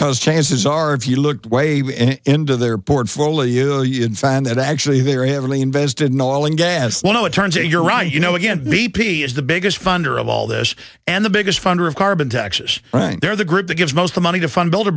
because chances are if you looked way into their portfolio you'd find that actually they're heavily invested in oil and gas you know it turns out you're right you know again b p is the biggest funder of all this and the biggest funder of carbon taxes right there the group that gives most the money to fund build